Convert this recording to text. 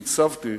הצבתי